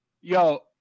Yo